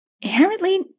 inherently